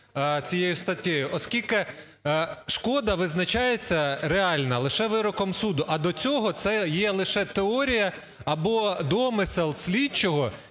цією статтею, оскільки шкода визначається реальна лише вироком суду, а до цього це є лише теорія або домисел слідчого,